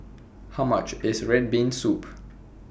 How much IS Red Bean Soup